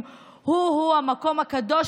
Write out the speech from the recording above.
באולם המליאה,